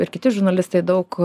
ir kiti žurnalistai daug